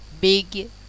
big